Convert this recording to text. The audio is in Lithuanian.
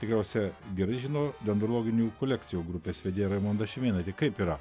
tikriausia gerai žino dendrologinių kolekcijų grupės vedėja raimonda šimėnaitė kaip yra